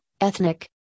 ethnic